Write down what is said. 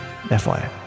FYI